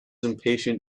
impatient